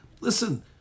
Listen